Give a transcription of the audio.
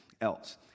else